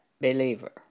believer